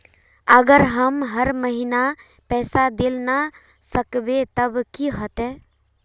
अगर हम हर महीना पैसा देल ला न सकवे तब की होते?